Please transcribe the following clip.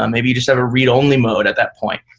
um maybe you just have a read-only mode at that point.